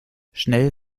schnell